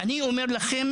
אני אומר לכם